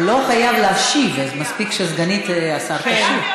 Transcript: הוא לא חייב להשיב, אז מספיק שסגנית השר תשיב.